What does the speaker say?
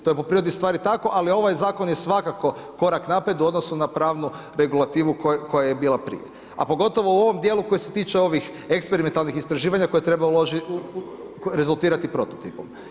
To je po prirodi stvari tako, ali ovaj je zakon svakako korak naprijed u odnosu na pravnu regulativu koja je bila prije, a pogotovo u ovom dijelu koji se tiče ovih eksperimentalnih istraživanja koja treba rezultirati prototipom.